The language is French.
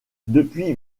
depuis